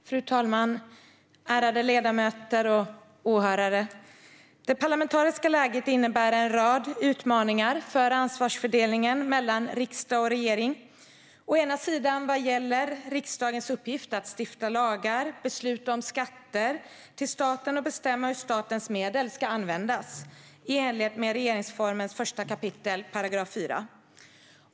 Fru talman! Ärade ledamöter och åhörare! Det parlamentariska läget innebär en rad utmaningar för ansvarsfördelningen mellan riksdag och regering. Å ena sidan gäller det riksdagens uppgift att stifta lagar, besluta om skatter till staten och bestämma hur statens medel ska användas, i enlighet med regeringsformen 1 kap. 4 §.